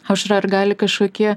aušra ar gali kažkokie